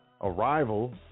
Arrival